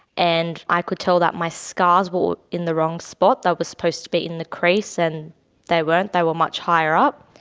and i could tell that my scars were in the wrong spot. they were supposed to be in the crease and they weren't, they were much higher up.